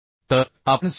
तर आपण 66